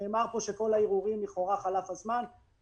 נאמר פה שלכאורה חלף הזמן לגבי כל הערעורים,